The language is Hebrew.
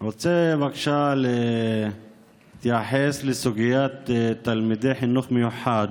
אני רוצה בבקשה להתייחס לסוגיית תלמידי חינוך מיוחד